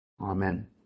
Amen